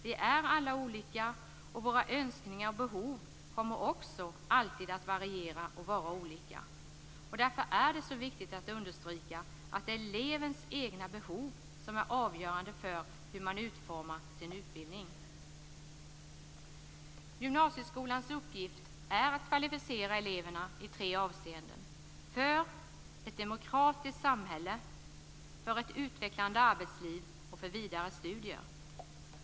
Vi är alla olika, och våra önskningar och behov kommer också alltid att variera och vara olika. Därför är det så viktigt att understryka att det är elevens egna behov som är avgörande för hur man utformar sin utbildning. Gymnasieskolans uppgift är att kvalificera eleverna i tre avseenden: för ett demokratiskt samhälle, för ett utvecklande arbetsliv och för vidare studier.